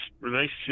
relationship